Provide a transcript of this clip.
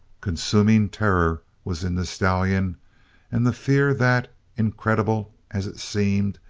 consuming terror was in the stallion and the fear that, incredible as it seemed,